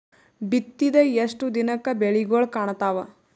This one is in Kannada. ಬಿತ್ತಿದ ಎಷ್ಟು ದಿನಕ ಬೆಳಿಗೋಳ ಕಾಣತಾವ?